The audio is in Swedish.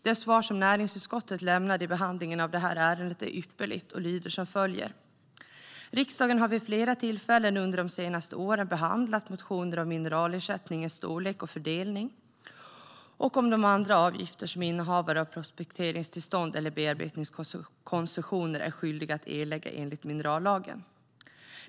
Det svar näringsutskottet lämnade i behandlingen av detta ärende är ypperligt och lyder som följer: "Riksdagen har vid flera tillfällen under de senaste åren behandlat motioner om mineralersättningens storlek och fördelning och om de andra avgifter som innehavare av prospekteringstillstånd eller bearbetningskoncessioner är skyldiga att erlägga enligt minerallagen.